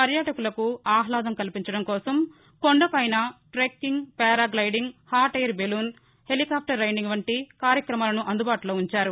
పర్యాటకులకు ఆహ్లాదం కల్పించడంకోసం కొండపైన trekking paragliding hot air balloon helicopter riding వంటి కార్యక్రమాలను అందుబాటులో ఉంచారు